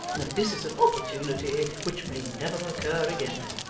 and that this is an opportunity which may never occur again